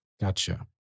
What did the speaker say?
Gotcha